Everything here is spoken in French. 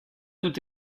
tout